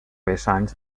vessants